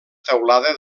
teulada